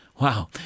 Wow